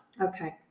okay